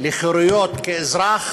לחירויות כאזרח